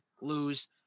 lose